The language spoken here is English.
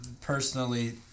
Personally